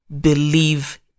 believe